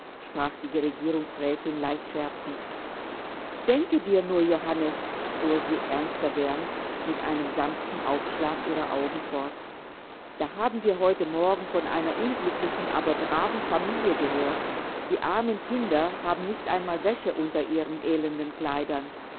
sprach die regierungsrätin leicht scherzend denke dir nur johannes fuhr sie ernster werdend mit einem sanften aufschlag ihrer augen fort da haben wir heute morgen von einer unglücklichen aber braven familie gehört die armen kinder haben nicht einmal wäsche unter ihren elenden kleidern